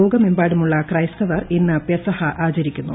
ലോകമെമ്പാടുമുള്ള ക്രൈസ്തവർ ഇന്ന് പെസഹാ ആചരിക്കുന്നു